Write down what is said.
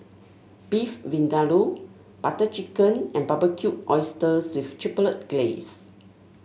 Beef Vindaloo Butter Chicken and Barbecued Oysters with Chipotle Glaze